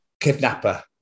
Kidnapper